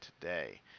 today